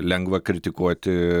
lengva kritikuoti